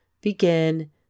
Begin